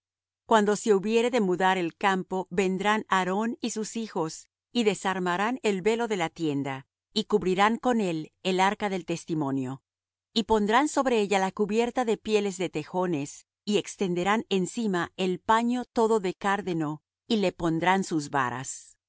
cuando se hubiere de mudar el campo vendrán aarón y sus hijos y desarmarán el velo de la tienda y cubrirán con él el arca del testimonio y pondrán sobre ella la cubierta de pieles de tejones y extenderán encima el paño todo de cárdeno y le pondrán sus varas